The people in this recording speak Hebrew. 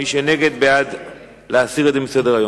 מי שנגד, בעד להסיר את זה מסדר-היום.